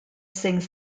sings